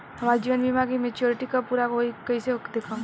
हमार जीवन बीमा के मेचीयोरिटी कब पूरा होई कईसे देखम्?